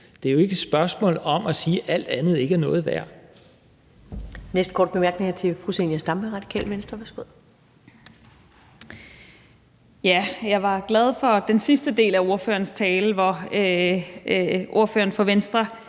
det er jo ikke et spørgsmål om at sige, at alt andet ikke er noget værd.